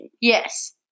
Yes